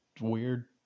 weird